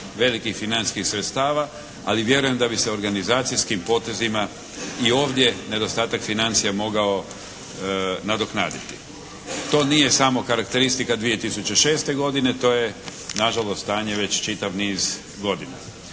velikih financijskih sredstava ali vjerujem da bi se organizacijskim potezima i ovdje nedostatak financija mogao nadoknaditi. To nije samo karakteristika 2006. godine. To je nažalost stanje već čitav niz godina.